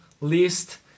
list